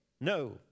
no